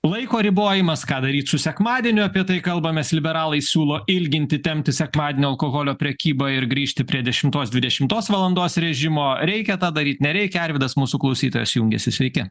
laiko ribojimas ką daryt su sekmadieniu apie tai kalbamės liberalai siūlo ilginti tempti sekmadienio alkoholio prekybą ir grįžti prie dešimtos dvidešimtos valandos režimo reikia tą daryt nereikia arvydas mūsų klausytojas jungiasi sveiki